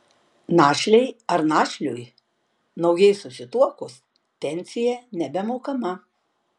našlei ar našliui naujai susituokus pensija nebemokama